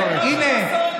הינה,